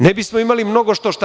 Ne bismo imali mnogo što šta.